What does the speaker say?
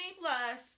Plus